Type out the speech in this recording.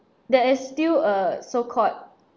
that is still a so-called